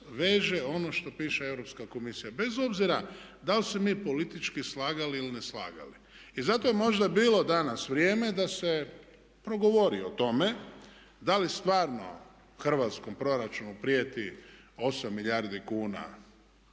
veže ono što piše Europska komisija bez obzira da li se mi politički slagali ili ne slagali. I zato bi možda bilo danas vrijeme da se progovori o tome da li stvarno hrvatskom proračunu prijeti 8 milijardi kuna